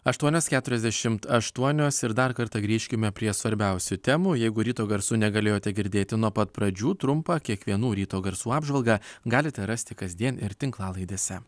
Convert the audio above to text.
aštuonios keturiasdešimt aštuonios ir dar kartą grįžkime prie svarbiausių temų jeigu ryto garsų negalėjote girdėti nuo pat pradžių trumpą kiekvienų ryto garsų apžvalgą galite rasti kasdien ir tinklalaidėse